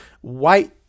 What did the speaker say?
white